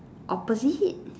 opposite